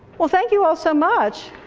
well thank you all so much.